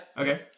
Okay